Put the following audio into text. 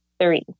three